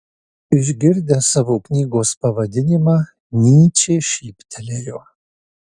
išgirdęs savo knygos pavadinimą nyčė šyptelėjo